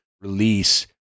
release